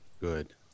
Good